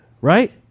Right